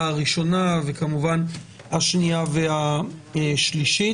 הראשונה וכמובן לקריאה השנייה והשלישית.